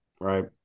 right